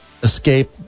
escape